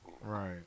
right